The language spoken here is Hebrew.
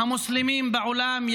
המוסלמים בעולם,